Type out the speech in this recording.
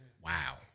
Wow